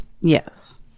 Yes